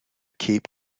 cape